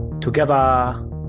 together